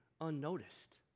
unnoticed